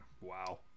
wow